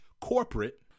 corporate